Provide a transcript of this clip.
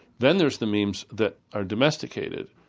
then there's the memes that are domesticated,